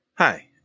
Hi